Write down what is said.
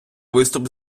виступ